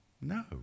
No